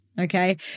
Okay